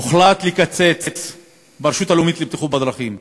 הוחלט לקצץ ברשות הלאומית לבטיחות בדרכים.